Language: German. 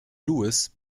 lewis